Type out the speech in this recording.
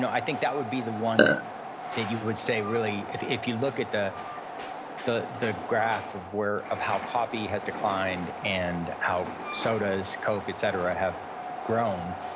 i think that would be the one that that you would say really, if if you look at the the the graph of where, of how coffee has declined and how sodas, coke, et cetera, have grown,